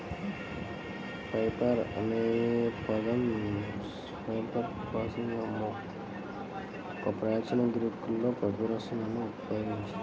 paper అనే పదం Cyperus papyrus మొక్క కోసం ప్రాచీన గ్రీకులో పాపిరస్ నుండి ఉద్భవించింది